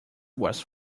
was